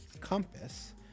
compass